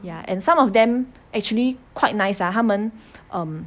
ya and some of them actually quite nice ah 他们 um